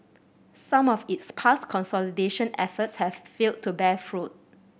some of its past consolidation efforts have failed to bear fruit